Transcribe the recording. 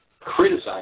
criticize